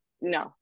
No